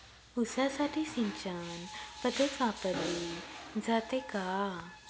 ऊसासाठी सिंचन पद्धत वापरली जाते का?